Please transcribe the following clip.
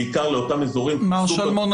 בעיקר לאותם אזורים סופר --- מר שלמון,